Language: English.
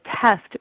test